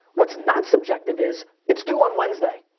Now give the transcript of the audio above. what's not subjective is, it's due on wednesday.